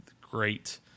great